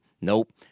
nope